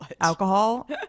alcohol